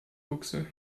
buchse